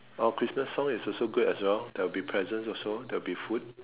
oh Christmas songs is also good as well there will be presents also there will be food